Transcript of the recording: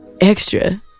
extra